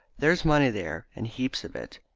there's money there, and heaps of it.